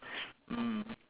mm